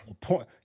Point